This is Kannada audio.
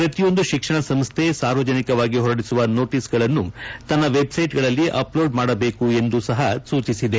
ಪ್ರತಿಯೊಂದು ಶಿಕ್ಷಣ ಸಂಸ್ಥೆ ಸಾರ್ವಜನಿಕವಾಗಿ ಹೊರಡಿಸುವ ನೋಟಿಸ್ ಗಳನ್ನು ತನ್ನ ವೆಬ್ ಸೈಟ್ ಗಳಲ್ಲಿ ಅಪ್ ಲೋಡ್ ಮಾಡಬೇಕು ಎಂದು ಸಹ ಸೂಚಿಸಿದೆ